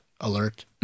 alert